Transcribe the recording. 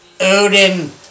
Odin